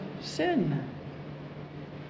sin